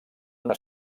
una